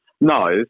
No